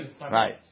right